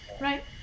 Right